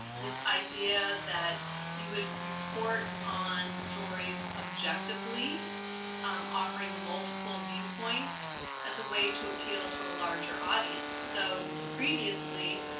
this idea that you would report on stories objectively offering multiple viewpoints as a way to appeal to a larger audience. so previously,